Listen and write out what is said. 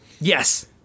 Yes